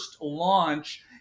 launch